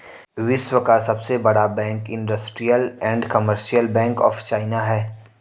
विश्व का सबसे बड़ा bank industrial and commercial bank of China है